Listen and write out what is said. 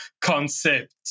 concept